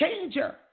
changer